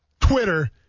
Twitter